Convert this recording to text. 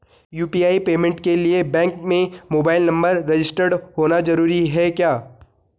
UPI payment के लिए bank में मोबाइल नंबर रजिस्टर्ड होना जरूरी है क्या?